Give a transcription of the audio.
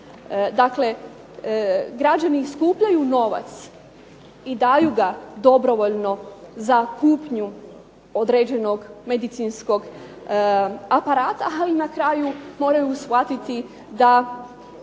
Dakle, građani skupljaju novac i daju ga dobrovoljno za kupnju određenog medicinskog aparata, ali na kraju moraju shvatiti da